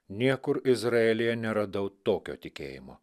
niekur izraelyje neradau tokio tikėjimo